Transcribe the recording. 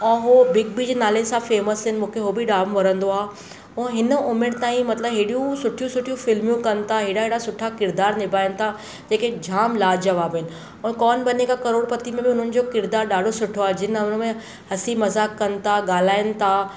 ऐं हू Big B जे नाले सां फेमस आहिनि मूंखे हू बि जामु वणंदो आहे हू हिन उमिरि ताईं मतिलबु हेॾियूं सुठियूं सुठियूं फिल्मियूं कनि था हेॾा हेॾा सुठा किरदारु निभाइन था जेके जामु लाजवाब आहिनि ऐं कौन बनेगा करोड़पति में बि हुननि जो किरदारु ॾाढो सुठो आहे जीअं त हुन में हसी मज़ाकु कनि था ॻाल्हाइनि था